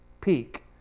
peak